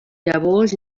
llavors